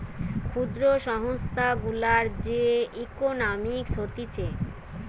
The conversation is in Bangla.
ক্ষুদ্র সংস্থা গুলার যে ইকোনোমিক্স হতিছে